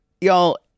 y'all